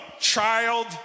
child